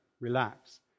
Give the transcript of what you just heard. relax